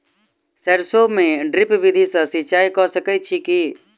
सैरसो मे ड्रिप विधि सँ सिंचाई कऽ सकैत छी की?